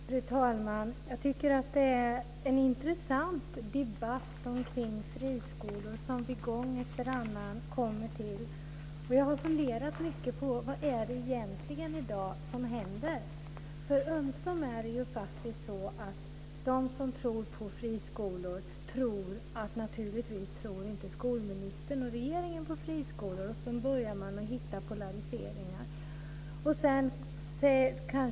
Fru talman! Jag tycker att det är en intressant debatt omkring friskolor som vi gång efter annan kommer till. Jag har funderat mycket på vad det egentligen är som händer i dag. För det är ju faktiskt så att de som tror på friskolor tror att skolministern och regeringen naturligtvis inte tror på friskolor, och så börjar man hitta polariseringar.